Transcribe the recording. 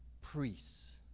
priests